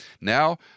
Now